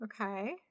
Okay